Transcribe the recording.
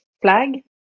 flag